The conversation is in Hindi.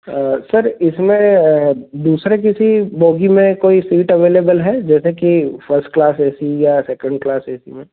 सर इसमें दूसरे किसी बोगी में कोई सीट अवलेबल है जैसे कि फर्स्ट क्लास ए सी या सेकेंड क्लास ए सी में